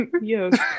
Yes